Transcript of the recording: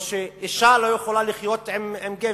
או שאשה לא יכולה לחיות עם גבר.